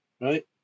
right